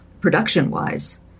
production-wise